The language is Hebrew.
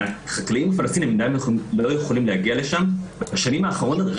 החקלאים הפלסטינים לא יכולים להגיע לשם בשנים האחרונות,